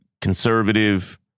conservative